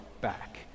back